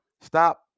stop